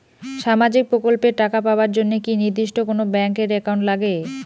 সামাজিক প্রকল্পের টাকা পাবার জন্যে কি নির্দিষ্ট কোনো ব্যাংক এর একাউন্ট লাগে?